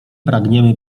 pragniemy